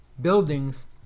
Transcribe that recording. buildings